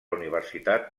universitat